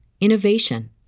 innovation